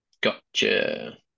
Gotcha